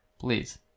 Please